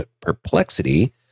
perplexity